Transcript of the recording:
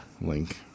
Link